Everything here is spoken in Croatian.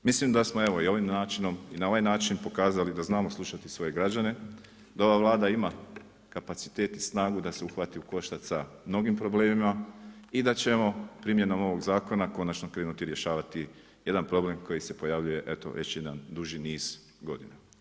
Mislim da smo evo i ovim načinom i na ovaj način pokazali da znamo slušati svoje građane, da ova Vlada ima kapacitet i snagu da se uhvati u koštac sa mnogim problemima i da ćemo primjenom ovog zakona konačno krenuti rješavati jedan problem koji se pojavljuje već jedan duži niz godina.